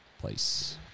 Place